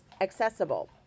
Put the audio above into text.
accessible